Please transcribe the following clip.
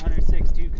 sixty